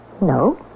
No